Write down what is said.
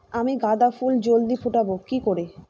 আমি গাঁদা ফুল জলদি ফোটাবো কি করে?